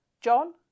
John